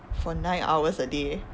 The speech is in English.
for nine hours a day